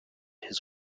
his